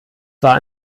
war